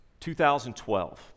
2012